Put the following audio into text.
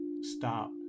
Stop